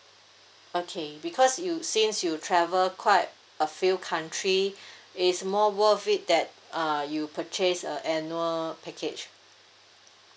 okay because you since you travel quite a few country it's more worth it that uh you purchase a annual package